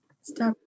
Stop